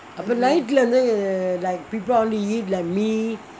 அப்போ:appo night லே வந்து:lae vanthu like people only eat like mee